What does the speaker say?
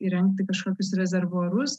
įrengti kažkokius rezervuarus